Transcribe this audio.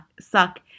suck